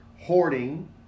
hoarding